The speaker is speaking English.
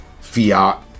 Fiat